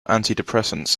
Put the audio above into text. antidepressants